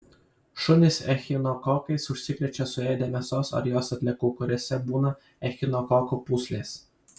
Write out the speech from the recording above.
šunys echinokokais užsikrečia suėdę mėsos ar jos atliekų kuriose būna echinokokų pūslės